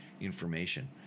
information